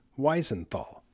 Weisenthal